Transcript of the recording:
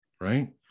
right